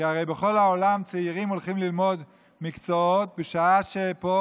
כי הרי בכל העולם צעירים הולכים ללמוד מקצועות בשעה שפה